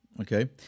okay